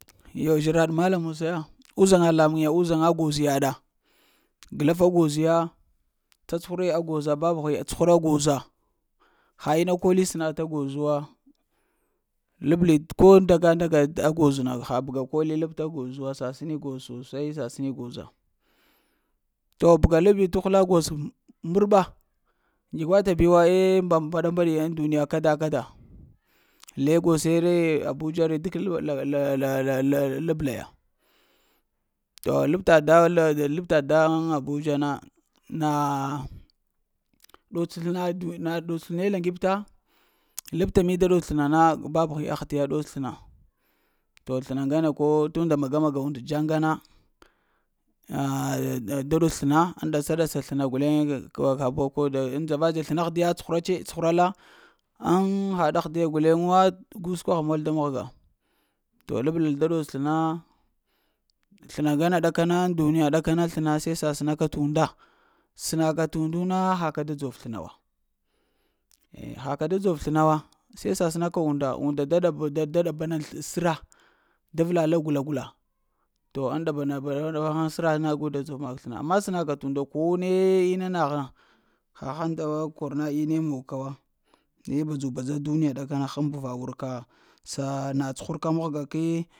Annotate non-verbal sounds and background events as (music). Oh zhraɗ mallah musa ya, uzhaŋa lamuŋ ya, uzhaŋa la gozo yaɗa. Glaf a goz ya, tsatsughuri a goza, papəghi a tsuhura a goza, ha ina kol snati a gozawa labli ko ndaga ndaga a goz na ha bəga koli lapta a goza wa sasəni goz sosai sasini goza. To bəga labi tuhula goza mbərɓa ndzugwa ta biwo eh mbaɗa-mbaɗi ŋ duniya kada-kada, legose re abuje re duk la-la-la labla ya. to labtad da la labtaɗ dan abuja na nah ɗots slna duni na doti slne laŋgipta labta mi da dots sləna na paphi ahdiya dots sləna. To slna ŋgana ko mamaga and janga na da ɗots slna ŋ ɗatsa-ɗatsa sləna guleŋe əek ha ko ko da ŋ dzava-dza slna ahde tsuhurace tsuhva la ŋ haɗahde guleŋ wo, ga sikwa ha mol da mahga, to lablal da ɗots slna sləna ŋgane ɗakana ɗakana ŋ duniya ɗakana seh sasənaka t’ undu sənaka t’ undu na haka da dzov sləna wa. Eh haka da dzor slna wa se sasena ka unda da ɗaba na səra, da vla la gula-gula. To ŋ ɗabana ɗaba haŋ səra na ola dzov mak sina. Amma səna ka t’ undu nda ko ne inna na ha, hahaŋ da kor na inne mog ka woi. Naye bedzu-badza duniya ɗakana, həma ba va wunka (unintelligible) na tsuhuraka mahga ki.